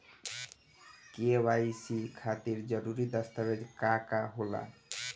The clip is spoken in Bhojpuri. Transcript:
के.वाइ.सी खातिर जरूरी दस्तावेज का का होला?